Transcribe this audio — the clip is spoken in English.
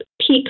peak